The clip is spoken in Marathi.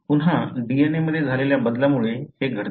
पुन्हा DNA मध्ये झालेल्या बदलामुळे हे घडते